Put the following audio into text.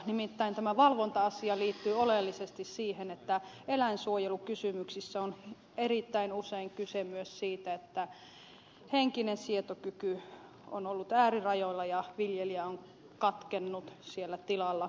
nimittäin tämä valvonta asia liittyy oleellisesti siihen että eläinsuojelukysymyksissä on erittäin usein kyse myös siitä että viljelijän henkinen sietokyky on ollut äärirajoilla ja hän on katkennut siellä tilalla